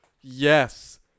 Yes